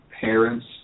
parents